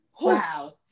wow